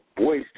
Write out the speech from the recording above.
voice